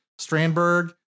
Strandberg